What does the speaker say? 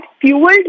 fueled